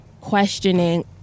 questioning